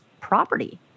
property